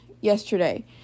yesterday